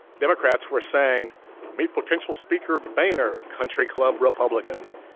democrats were saying meet potential speaker boehner country club republican